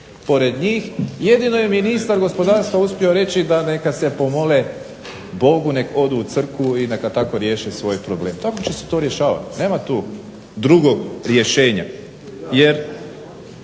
pored njih, jedino je ministar gospodarstva uspio reći da neka se pomole Bogu, neg odu u crkvu i neka tako riješe svoj problem. Tako će se to rješavati. Nema tu drugog rješenja. Jer